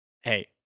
Hey